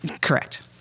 Correct